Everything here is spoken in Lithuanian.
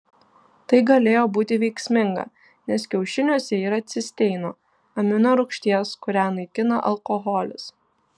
tai galėjo būti veiksminga nes kiaušiniuose yra cisteino amino rūgšties kurią naikina alkoholis